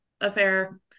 affair